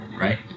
right